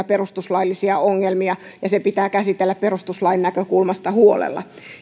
perustuslaillisia ongelmia ja se pitää käsitellä perustuslain näkökulmasta huolella